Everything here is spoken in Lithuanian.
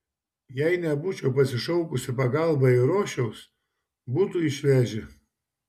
jei nebūčiau pasišaukus į pagalbą eirošiaus būtų išvežę